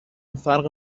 فرق